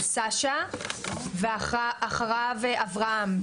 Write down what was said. ואחריו אברהם.